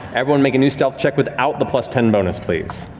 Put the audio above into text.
everyone make a new stealth check without the plus ten bonus, please.